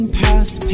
past